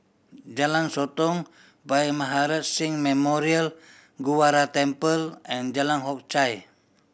Jalan Sotong Bhai Maharaj Singh Memorial Gurdwara Temple and Jalan Hock Chye